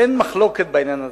אין מחלוקת בעניין הזה.